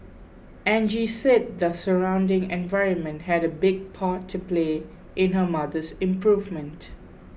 Angie said the surrounding environment had a big part to play in her mother's improvement